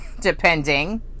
depending